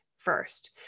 first